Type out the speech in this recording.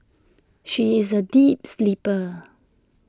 she is A deep sleeper